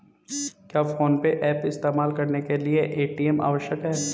क्या PhonePe app इस्तेमाल करने के लिए ए.टी.एम आवश्यक है?